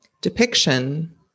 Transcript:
depiction